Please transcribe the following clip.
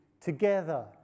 together